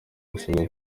basaba